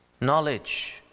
knowledge